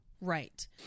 Right